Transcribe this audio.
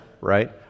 right